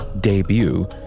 debut